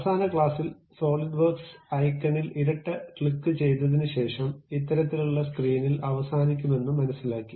അവസാന ക്ലാസ്സിൽ SolidWorks ഐക്കണിൽ ഇരട്ട ക്ലിക്കുചെയ്തതിനുശേഷം ഇത്തരത്തിലുള്ള സ്ക്രീനിൽ അവസാനിക്കുമെന്ന് മനസ്സിലാക്കി